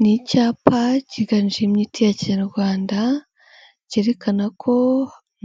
Ni icyapa cyiganjemo imiti ya kinyarwanda cyerekana ko